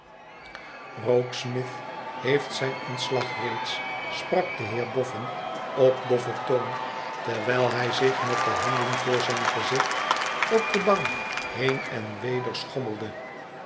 irokesmith heeft zijn ontslag reeds sprak de heer boffin op dofien toon terwijl hij zich met de handen voor zijn gezicht op de bank heen en weder schommelde